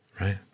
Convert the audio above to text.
Right